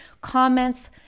comments